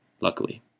luckily